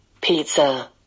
Pizza